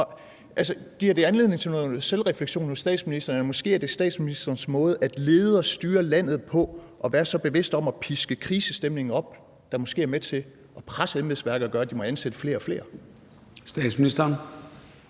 Giver det anledning til noget selvrefleksion hos statsministeren? Eller er det måske statsministerens måde at lede og styre landet på ved at være så bevidst om at piske en krisestemning op, der måske er med til at presse embedsværket og gøre, at de må ansætte flere og flere?